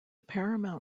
paramount